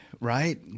Right